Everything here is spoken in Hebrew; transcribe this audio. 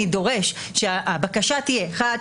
אני דורש שהבקשה תהיה: אחת,